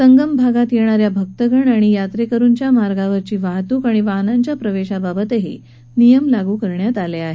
संगम भागात येणा या भक्तगण आणि यात्रेकरुच्या मार्गावरील वाहतूक आणि वाहनांच्या प्रवेशाबाबतही नियम लागू करण्यात आले आहेत